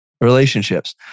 Relationships